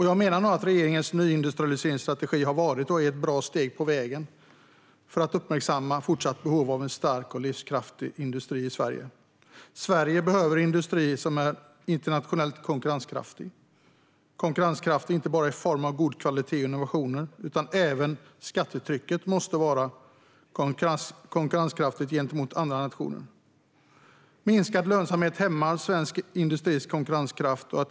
Jag menar att regeringens nyindustrialiseringsstrategi har varit och är ett bra steg på vägen för att uppmärksamma fortsatt behov av en stark och livskraftig industri i Sverige. Sverige behöver industri som är internationellt konkurrenskraftig. Den behöver vara konkurrenskraftig inte bara i form av god kvalitet och innovationer, utan även skattetrycket måste vara konkurrenskraftigt gentemot andra nationer. Minskad lönsamhet hämmar svensk industris konkurrenskraft.